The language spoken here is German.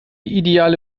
ideale